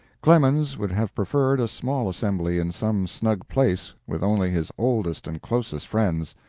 clemens would have preferred a small assembly in some snug place, with only his oldest and closest friends.